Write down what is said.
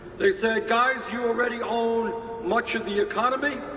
they said, guys, you already own much of the economy,